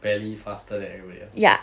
barely faster than everybody else